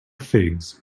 figs